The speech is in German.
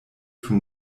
für